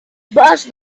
burst